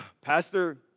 pastor